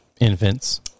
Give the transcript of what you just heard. infants